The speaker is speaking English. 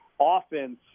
offense